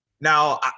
Now